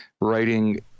writing